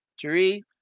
three